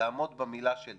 לעמוד במילה שלי